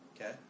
okay